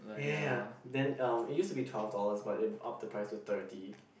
ya ya ya then um it used to be twelve dollars but it up the price to thirty